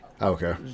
okay